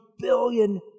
billion